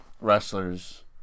wrestlers